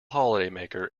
holidaymaker